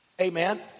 amen